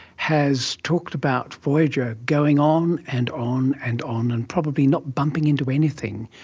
has talked about voyager going on and on and on and probably not bumping into anything,